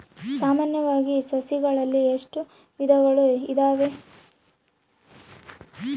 ಸಾಮಾನ್ಯವಾಗಿ ಸಸಿಗಳಲ್ಲಿ ಎಷ್ಟು ವಿಧಗಳು ಇದಾವೆ?